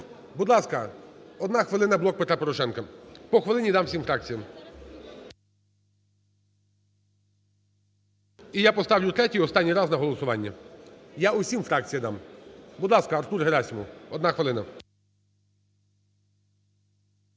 Будь ласка, одна хвилина, "Блок Петра Порошенка". По хвилині дам всім фракціям. І я поставлю третій, і останній, раз на голосування. Я усім фракціям дам. Будь ласка, Артур Герасимов. Будь ласка,